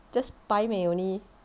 just 摆美 only